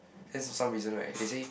then for some reason right they say